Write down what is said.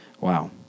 Wow